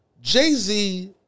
Jay-Z